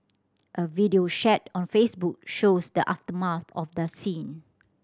a video shared on Facebook shows the aftermath at the scene